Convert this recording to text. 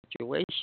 situation